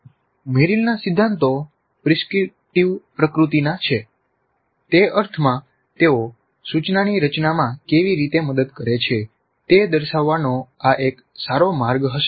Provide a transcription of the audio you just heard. મેરિલના સિદ્ધાંતો પ્રિસ્ક્રિપ્ટીવ પ્રકૃતિના છે તે અર્થમાં તેઓ સૂચનાની રચનામાં કેવી રીતે મદદ કરે છે તે દર્શાવવાનો આ એક સારો માર્ગ હશે